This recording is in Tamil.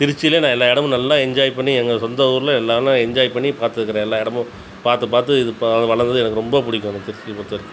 திருச்சியில் நான் எல்லா இடமும் நல்லா என்ஜாய் பன்னி எங்கள் சொந்த ஊரில் எல்லா நான் என்ஜாய் பண்ணி பார்த்துருக்கிறேன் எல்லா இடமும் பார்த்து பார்த்து இது இப்போ வளர்ந்தது எனக்கு ரொம்ப பிடிக்கும் இந்த திருச்சியை பொறுத்த வரைக்கும்